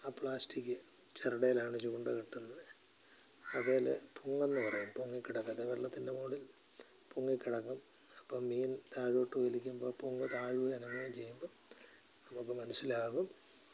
ആ പ്ലാസ്റ്റിക്ക് ചരടിലാണ് ചൂണ്ട കെട്ടുന്നത് അതിൽ പൊങ്ങെന്ന് പറയും പൊങ്ങി കിടക്കും അത് വെള്ളത്തിൻ്റെ മുകളിൽ പൊങ്ങി കിടക്കും അപ്പം മീൻ താഴോട്ട് വലിക്കുമ്പോൾ പൊങ്ങ് താഴുവേം അനങ്ങുവേം ചെയ്യുമ്പോൾ നമുക്ക് മനസ്സിലാകും